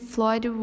Floyd